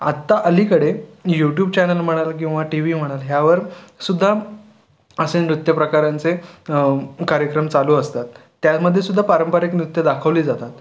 आत्ता अलीकडे YouTube channel म्हणाल किंवा टी वी म्हणाल ह्यावर सुद्धा असे नृत्यप्रकारांचे कार्यक्रम चालू असतात त्यामध्ये सुध्दा पारंपरिक नृत्यं दाखवली जातात